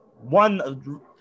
one